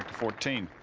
fourteen